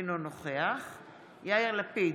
אינו נוכח יאיר לפיד,